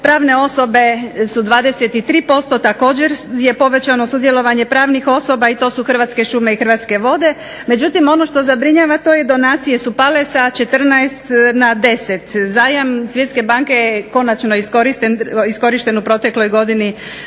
pravne osobe su 23%, također je povećano sudjelovanje pravnih osoba i to su Hrvatske šume i Hrvatske vode, međutim, ono što zabrinjava to je donacije su pale sa 14 na 10, zajam Svjetske banke je konačno iskorišten u protekloj godini